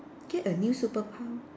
get a new superpower